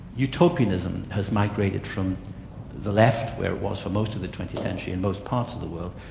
utopianism has migrated from the left, where it was for most of the twentieth century in most parts of the world,